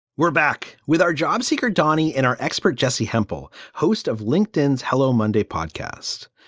we're back with our job seeker, donny, in our expert, jessi hempel, host of linkedin hello, monday podcast.